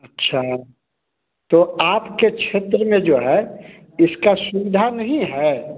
अच्छा तो आपके क्षेत्र में जो है इसका सुविधा नहीं है